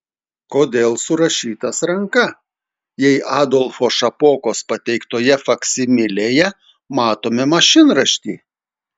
kodėl surašytas ranka jei adolfo šapokos pateiktoje faksimilėje matome mašinraštį